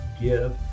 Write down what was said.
give